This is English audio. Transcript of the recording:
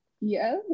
Yes